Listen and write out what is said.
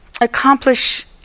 accomplish